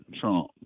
trump